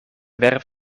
werf